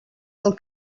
del